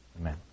Amen